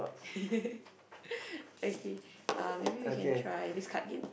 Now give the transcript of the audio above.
okay um maybe we can try this card game